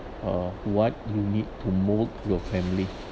uh what you need to mold your family